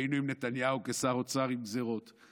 היינו עם נתניהו כשר אוצר עם גזרות,